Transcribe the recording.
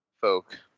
folk